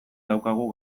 daukagu